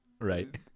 Right